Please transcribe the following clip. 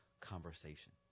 conversation